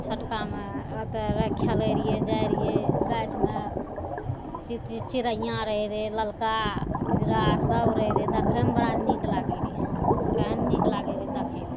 छोटकामे तऽ खेलय रहियै जाइ रहियै गाछमे चिचि चिड़ैया रहय रहय ललका उजरा सब रहय रहय देखयमे बड़ा नीक लागय रहय केहन नीक लागय रहय देखयमे